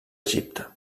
egipte